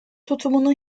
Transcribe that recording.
tutumunu